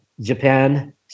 Japan